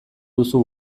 duzu